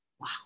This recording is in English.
Wow